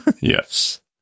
Yes